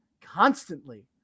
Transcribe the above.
constantly